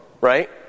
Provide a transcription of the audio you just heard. right